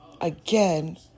again